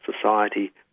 society